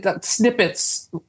snippets